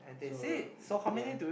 so yea